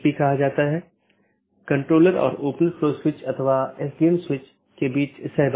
इसलिए हम बाद के व्याख्यान में इस कंप्यूटर नेटवर्क और इंटरनेट प्रोटोकॉल पर अपनी चर्चा जारी रखेंगे